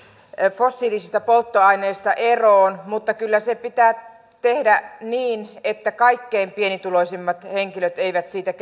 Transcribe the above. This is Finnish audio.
fossiilisista polttoaineista eroon mutta kyllä se pitää tehdä niin että kaikkein pienituloisimmat henkilöt eivät siitä